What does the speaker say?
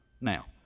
Now